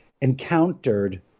encountered